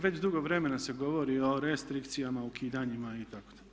Već dugo vremena se govori o restrikcijama, ukidanjima itd.